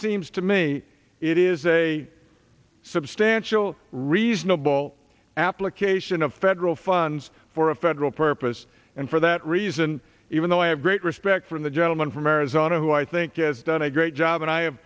seems to me it is a substantial reasonable application of federal funds for a federal purpose and for that reason even though i have great respect for the gentleman from arizona who i think as done a great job and i